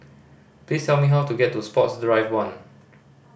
please tell me how to get to Sports Drive One